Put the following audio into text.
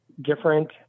different